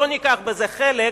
לא ניקח בזה חלק.